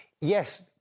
yes